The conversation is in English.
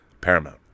Paramount